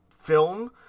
film